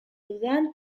dudan